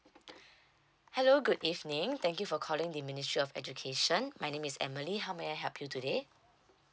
hello good evening thank you for calling the ministry of education my name is emily how may I help you today